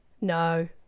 No